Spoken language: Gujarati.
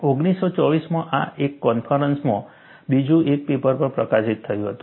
1924 માં એક કોન્ફરન્સમાં બીજું એક પેપર પણ પ્રકાશિત થયું હતું